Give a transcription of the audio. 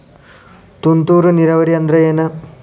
ತುಂತುರು ನೇರಾವರಿ ಅಂದ್ರ ಏನ್?